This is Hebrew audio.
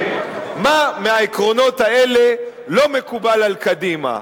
מה מהעקרונות האלה לא מקובל על קדימה.